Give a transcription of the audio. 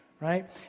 right